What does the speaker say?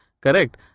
Correct